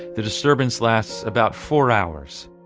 the disturbance lasts about four hours.